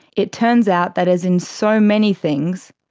it turns out that, as in so many things,